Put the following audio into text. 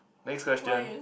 next question